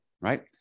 right